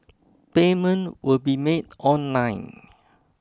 payment will be made online